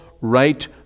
right